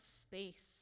space